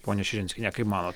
ponia širinskiene kaip manot